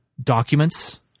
documents